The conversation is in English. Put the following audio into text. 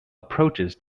approaches